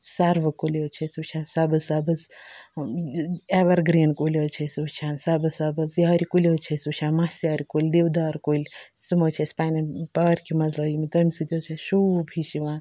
سَروٕ کُلۍ حظ چھِ أسۍ وٕچھان سَبٕز سَبٕز ایٚوَر گرٛیٖن کُلۍ حظ چھِ أسۍ وٕچھان سَبٕز سَبٕز یارِ کُلۍ حظ چھِ أسۍ وٕچھان مَسہِ یارِ کُلۍ دِودار کُلۍ تِم حظ چھِ اَسہِ پنٛنٮ۪ن پارکہِ منٛز لٲگۍ مٕتۍ تَمہِ سۭتۍ حظ چھِ شوٗب ہِش یِوان